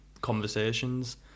conversations